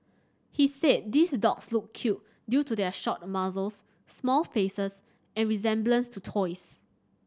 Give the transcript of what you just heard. he said these dogs look cute due to their short muzzles small faces and resemblance to toys